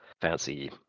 fancy